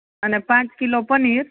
અને પાંચ કિલો પનીર